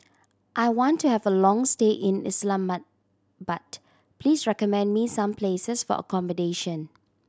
I want to have a long stay in Islamabad please recommend me some places for accommodation